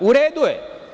U redu je.